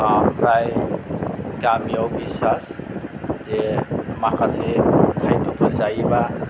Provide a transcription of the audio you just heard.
ओमफ्राय गामियाव बिस्सास जे माखासे खाद्यफोर जायोबा